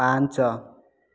ପାଞ୍ଚ